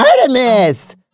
Artemis